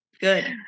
Good